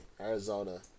Arizona